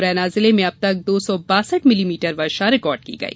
मुरैना जिले में अब तक दो सौ बासठ मिलीमीटर वर्षा रिकार्ड की गई